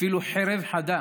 אפילו חרב חדה